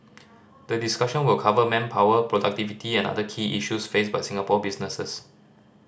the discussion will cover manpower productivity and other key issues faced by Singapore businesses